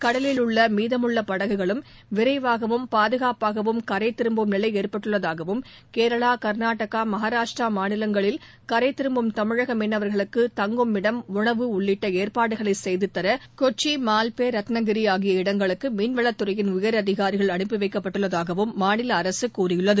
கடலில் உள்ள மீதமுள்ள படகுகளும் விரைவாகவும் பாதுகாப்பாகவும் கரை திரும்பும் நிலை ஏற்பட்டுள்ளதாகவும் கேரளா கர்நாடகா மகாராஷ்டிரா மாநிலங்களில் கரை திரும்பும் தமிழக மீனவா்களுக்கு தங்கும் இடம் உணவு உள்ளிட்ட ஏற்பாடுகளை செய்துதர கொச்சி மால்பே ரத்தினகிரி ஆகிய இடங்களுக்கு மீன்வளத் துறையின் உயர் அதிகாிகள் அனுப்பிவைக்கப்பட்டுள்ளதாகவும் மாநில அரசு கூறியுள்ளது